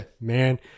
Man